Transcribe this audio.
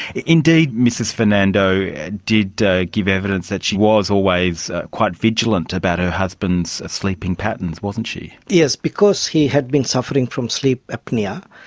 indeed, mrs fernando did to give evidence that she was always quite vigilant about her husband's sleeping patterns, wasn't she. yes. because he had been suffering from sleep apnoea,